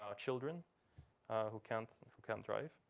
um children who can't and who can't drive,